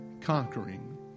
conquering